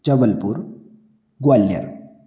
Jabalpur Gwalior